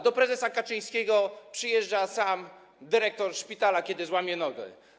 Do prezesa Kaczyńskiego przyjeżdża sam dyrektor szpitala, kiedy złamie nogę.